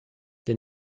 der